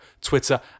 Twitter